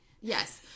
yes